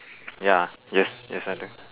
ya yes yes I do